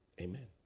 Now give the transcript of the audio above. Amen